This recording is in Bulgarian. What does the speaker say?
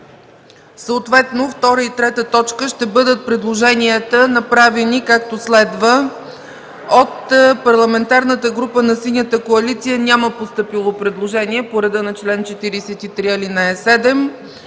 съответно втора и трета точка ще бъдат предложенията, направени както следва: От Парламентарната група на „Синята коалиция” няма постъпило предложение по реда на чл. 43, ал. 7